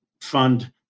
fund